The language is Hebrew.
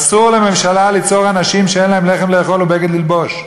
אסור לממשלה ליצור אנשים שאין להם לחם לאכול ובגד ללבוש.